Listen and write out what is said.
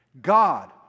God